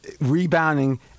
rebounding